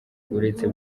uretse